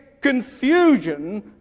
confusion